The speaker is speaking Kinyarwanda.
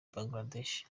bangladesh